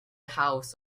house